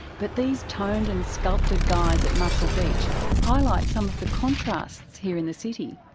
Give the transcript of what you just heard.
but these toned and sculpted guys at muscle beach highlight some of the contrasts here in the city.